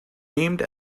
named